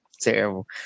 terrible